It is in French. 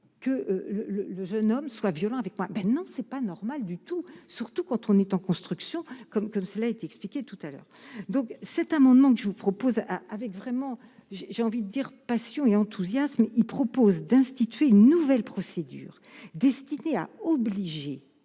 le le jeune homme soit violent avec moi : ben non, c'est pas normal du tout, surtout quand on est en construction comme comme cela a été expliqué tout à l'heure donc, cet amendement que je vous propose, avec vraiment j'ai envie de dire, passion et enthousiasme, il propose d'instituer une nouvelle procédure destinée à obliger